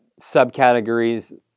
subcategories